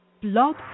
Blog